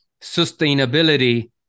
sustainability